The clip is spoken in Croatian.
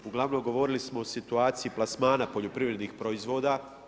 Ugl. govorili smo o situaciju plasmana poljoprivrednih proizvoda.